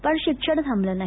पण शिक्षण थांबलं नाही